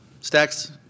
Stacks